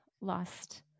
lost